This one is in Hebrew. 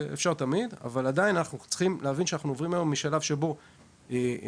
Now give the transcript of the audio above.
אבל אנחנו צריכים להבין שאנחנו עוברים היום משלב שבו זה